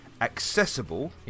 accessible